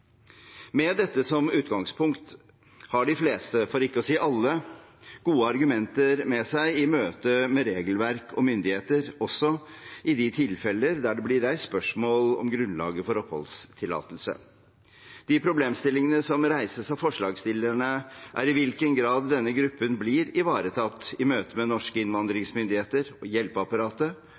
Med dette som utgangspunkt har de fleste – for ikke å si alle – gode argumenter med seg i møte med regelverk og myndigheter, også i de tilfeller der det blir reist spørsmål om grunnlaget for oppholdstillatelse. De problemstillingene som reises av forslagsstillerne, er i hvilken grad denne gruppen blir ivaretatt i møte med norske innvandringsmyndigheter og hjelpeapparatet,